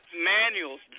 manuals